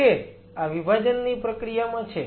કે આ વિભાજનની પ્રક્રિયામાં છે